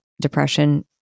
depression